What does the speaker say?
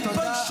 תודה רבה.